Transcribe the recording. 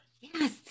yes